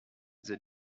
they